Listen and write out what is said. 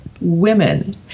women